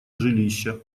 жилища